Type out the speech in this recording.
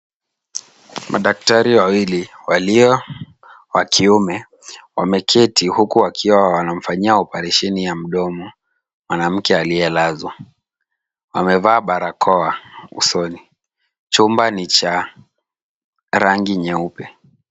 Madaktari wawili walio wa kiume wameketi, huku wakiwa wanamfanyia oparesheni ya mdomo mwanamke aliyelazwa. Wamevaa barakoa usoni. Chumba ni cha rangi nyeupe.